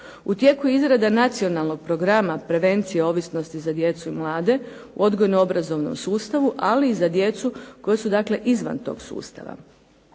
U tijeku je izrada Nacionalnog programa prevencije ovisnosti za djecu i mlade u odgojno-obrazovnom sustavu, ali i za djecu koja su dakle izvan tog sustava.